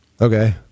Okay